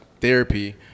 therapy